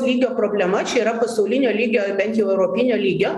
lygio problema čia yra pasaulinio lygio ar bent jau europinio lygio